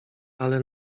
ale